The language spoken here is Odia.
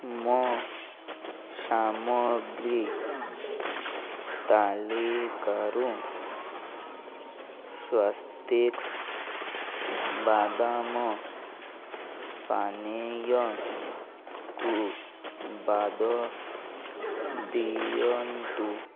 ମୋ ସାମଗ୍ରୀ ତାଲିକାରୁ ସ୍ଵସ୍ତିକ୍ସ୍ ବାଦାମ ପାନୀୟକୁ ବାଦ ଦିଅନ୍ତୁ